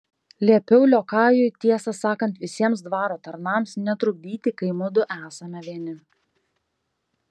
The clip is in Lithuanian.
liepiau liokajui tiesą sakant visiems dvaro tarnams netrukdyti kai mudu esame vieni